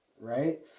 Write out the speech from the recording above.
right